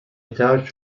étage